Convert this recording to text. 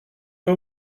pas